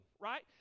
right